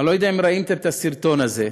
אני לא יודע אם ראיתם את הסרטון הזה.